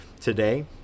today